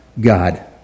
God